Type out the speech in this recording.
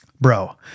Bro